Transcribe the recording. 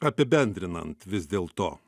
apibendrinant vis dėlto